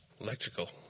electrical